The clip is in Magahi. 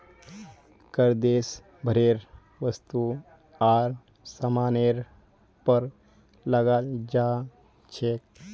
कर देश भरेर वस्तु आर सामानेर पर लगाल जा छेक